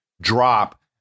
drop